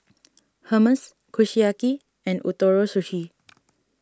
Hummus Kushiyaki and Ootoro Sushi